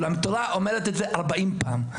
התורה אומרת את זה 40 פעם,